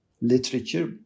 literature